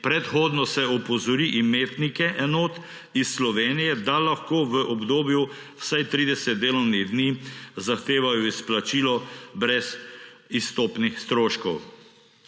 Predhodno se opozori imetnike enot iz Slovenije, da lahko v obdobju vsaj 30 delovnih dni zahtevajo izplačilo brez izstopnih stroškov.